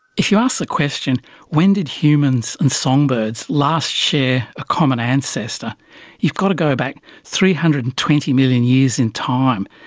if you ask the question when did humans and songbirds last share a common ancestor you've got to go back three hundred and twenty million years in time,